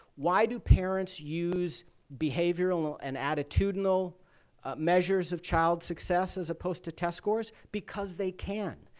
why do parents use behavioral and attitudinal measures of child success as opposed to test scores? because they can.